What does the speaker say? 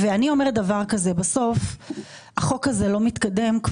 אני אומרת שבסוף החוק הזה לא מתקדם.